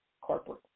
corporate